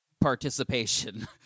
participation